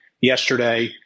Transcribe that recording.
yesterday